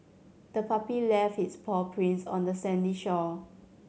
the puppy left its paw prints on the sandy shore